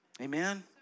Amen